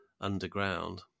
underground